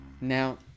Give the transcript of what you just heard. now